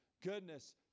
goodness